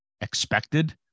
Expected